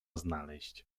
znaleźć